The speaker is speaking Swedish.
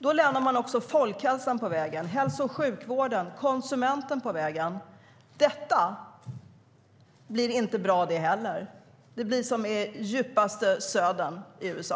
Då lämnar man också folkhälsan, hälso och sjukvården och konsumenten på vägen. Detta blir inte bra det heller. Det blir som i djupaste södern i USA.